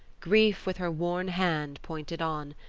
grief with her worn hand pointed on,